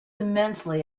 immensely